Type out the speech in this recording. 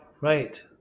right